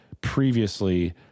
previously